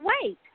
Wait